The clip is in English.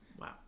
Wow